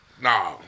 Nah